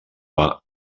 val